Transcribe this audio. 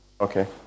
Okay